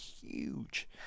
huge